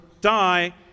die